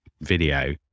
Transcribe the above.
video